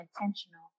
intentional